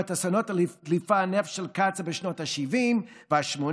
או את אסונות דליפת הנפט של קצא"א בשנות השבעים והשמונים,